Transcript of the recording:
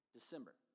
December